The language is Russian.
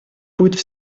будет